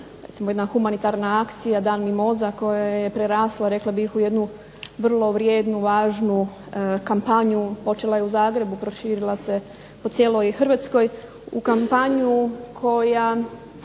recimo jedna humanitarna akcija Dan mimoza koja je prerasla rekla bih u jednu vrlo vrijednu, važnu kampanju. Počela je u Zagrebu, proširila se po cijeloj Hrvatskoj, u kampanju koja